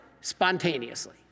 spontaneously